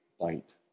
light